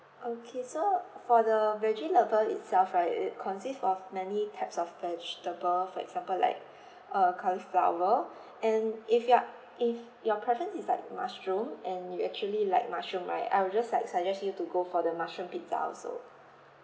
okay so for the veggie lover itself right it consists of many types of vegetable for example like uh cauliflower and if you are if your preference is like mushroom and you actually like mushroom right I will just like suggest you to go for the mushroom pizza also